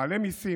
מעלה מיסים,